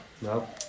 No